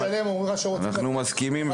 אנחנו מסכימים ,